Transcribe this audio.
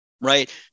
right